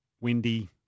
windy